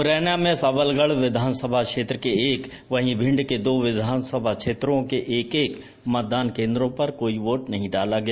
मुरैना में सबलगढ़ विधानसभा क्षेत्र के एक वहीं भिण्ड के दो विधानसभा क्षेत्रों के एक एक मतदान केन्द्रों पर कोई वोट नहीं डाला गया